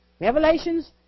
Revelations